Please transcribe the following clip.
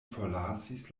forlasis